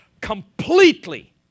completely